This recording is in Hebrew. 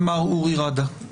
מר אורי רדה.